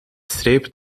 streep